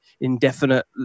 indefinite